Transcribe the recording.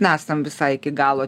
nesam visai iki galo